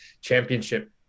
championship